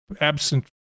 absent